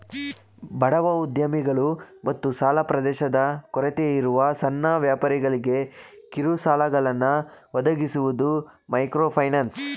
ಬಡವ ಉದ್ಯಮಿಗಳು ಮತ್ತು ಸಾಲ ಪ್ರವೇಶದ ಕೊರತೆಯಿರುವ ಸಣ್ಣ ವ್ಯಾಪಾರಿಗಳ್ಗೆ ಕಿರುಸಾಲಗಳನ್ನ ಒದಗಿಸುವುದು ಮೈಕ್ರೋಫೈನಾನ್ಸ್